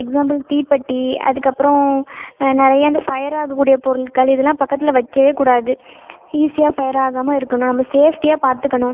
example தீப்பெட்டி அதுக்கப்புறம் நிறையா இந்த ஃபயர் ஆகக்கூடிய பொருட்கள் இதெலாம் பக்கத்தில் வைக்கவே கூடாது ஈஸியாக ஃபயர் ஆகாமல் இருக்கணும் நம்ம சேஃப்டியாக பார்த்துக்கணும்